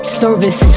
service